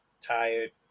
tired